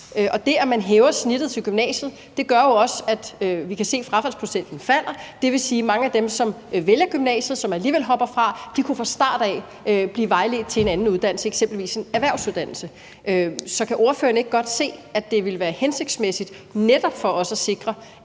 at det, at man hæver snittet for at komme ind på gymnasiet, betyder, at frafaldsprocenten falder. Det vil sige, at mange af dem, som vælger gymnasiet, men som alligevel hopper fra, fra starten kunne blive vejledt til at tage en anden uddannelse, eksempelvis en erhvervsuddannelse. Så kan ordføreren ikke godt se, at det ville være hensigtsmæssigt, netop for også at sikre,